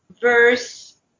verse